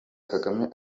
kagame